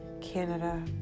Canada